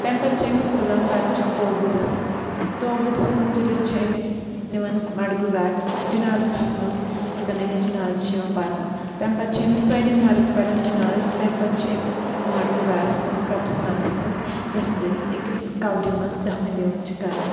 تَمہِ پَتہٕ چھِ أمِس تُلان بَرَان چھِس توبوٗدَس منٛز توبوٗدس منٛز تُلِتھ چھِ أمِس نِوَان مَلگزار جنازگاہَس منٛز یوٚتَن أمِس جِناز چھِ یِوَان پَرنہٕ تمہِ پَتہٕ چھِ أمِس سٲری مرد پران جِناز تَمہِ پَتہٕ چھِ أمِس نِوان مَلگزارَس منٛز قبرستَس منٛز یتھ منٛز أمِس أکِس قبرِ منٛز دفن دِوان چھِ کَرنہٕ